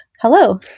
hello